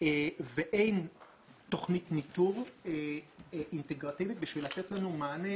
ואין תוכנית ניטור אינטגרטיבית בשביל לתת לנו מענה